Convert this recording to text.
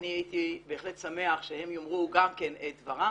אני הייתי שמח שהם יאמרו גם כן את דברם